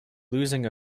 losing